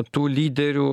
tų lyderių